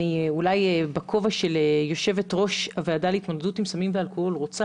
אולי בכובע של יושבת-ראש הוועדה להתמודדות עם סמים ואלכוהול אני רוצה